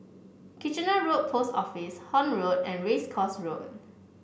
Kitchener Road Post Office Horne Road and Race Course Road